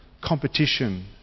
competition